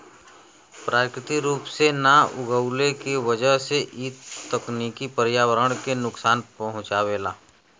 प्राकृतिक रूप से ना उगवले के वजह से इ तकनीकी पर्यावरण के नुकसान पहुँचावेला